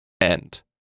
end